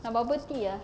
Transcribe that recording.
nak bubble tea ah